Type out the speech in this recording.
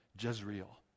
Jezreel